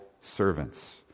servants